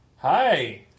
Hi